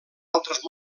altres